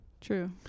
True